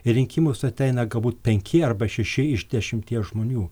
į rinkimus ateina galbūt penki arba šeši iš dešimties žmonių